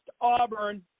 Auburn